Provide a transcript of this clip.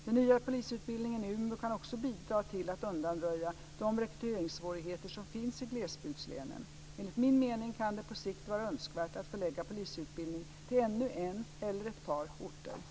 Den nya polisutbildningen i Umeå kan också bidra till att undanröja de rekryteringssvårigheter som finns i glesbygdslänen. Enligt min mening kan det på sikt vara önskvärt att förlägga polisutbildning till ännu en eller ett par orter.